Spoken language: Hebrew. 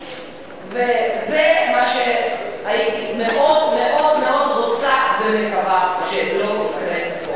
וזה מה שהייתי מאוד מאוד מאוד מאוד רוצה ומקווה שלא יקרה פה.